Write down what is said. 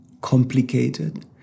complicated